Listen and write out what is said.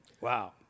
Wow